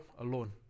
alone